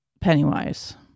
Pennywise